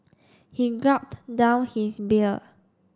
he gulped down his beer